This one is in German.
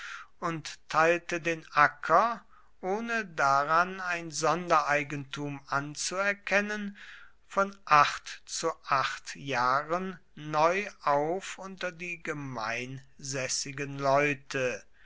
und teilte den acker ohne daran ein sondereigentum anzuerkennen von acht zu acht jahren neu auf unter die gemeinsässigen leute